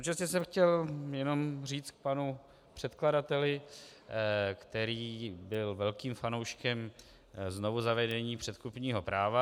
Současně jsem chtěl jenom říct panu předkladateli, který byl velkým fanouškem znovuzavedení předkupního práva.